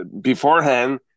beforehand